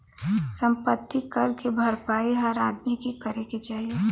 सम्पति कर के भरपाई हर आदमी के करे क चाही